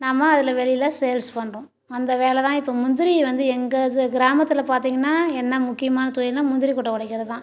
நம்ம அதில் வெளியில் சேல்ஸ் பண்ணுறோம் அந்த வேல தான் இப்போ முந்திரி வந்து எங்கள் இது கிராமத்தில் பார்த்திங்கன்னா என்ன முக்கியமான தொழில்னா முந்திரி கொட்டை ஒடைக்கிறது தான்